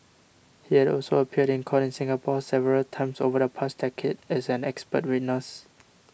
he had also appeared in court in Singapore several times over the past decade as an expert witness